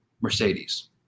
Mercedes